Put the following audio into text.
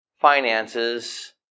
finances